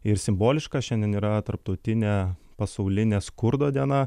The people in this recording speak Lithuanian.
ir simboliška šiandien yra tarptautinė pasaulinė skurdo diena